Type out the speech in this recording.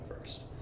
first